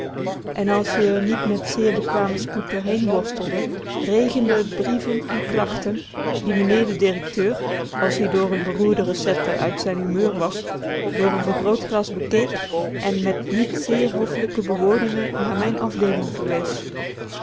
en als je r niet met zeer bekwamen spoed doorheen worstelde regende t brieven en klachten die meneer de directeur als-ie door n beroerde recette uit z'n humeur was door n vergrootglas bekeek en met niet zeer hoffelijke bewoordingen naar mijn afdeeling verwees